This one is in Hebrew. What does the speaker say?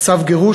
"צו גירוש",